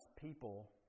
people